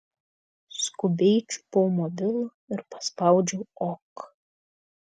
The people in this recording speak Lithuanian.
skubiai čiupau mobilų ir paspaudžiau ok